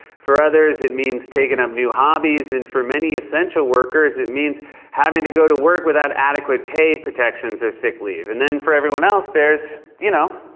for others, it means taking up new hobbies. and for many essential workers, it means having to go to work without adequate pay, protections, or sick leave. and then for everyone else, there's, you know,